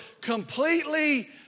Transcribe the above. completely